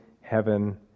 heaven